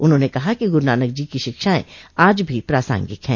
उन्होंने कहा कि गुरूनानक जी की शिक्षायें आज भी प्रासांगिक हैं